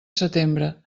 setembre